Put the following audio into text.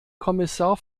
kommissar